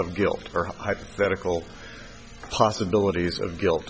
of guilt or hypothetical possibilities of guilt